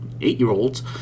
eight-year-olds